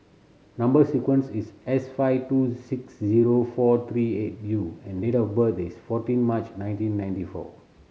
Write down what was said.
number sequence is S five two six zero four three eight U and date of birth is fourteen March nineteen ninety four